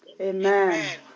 Amen